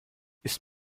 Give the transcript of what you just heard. ist